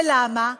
ולמה?